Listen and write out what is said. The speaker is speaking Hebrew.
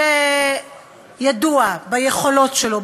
שידוע ביכולת שלו,